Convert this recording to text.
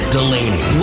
Delaney